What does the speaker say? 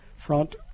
front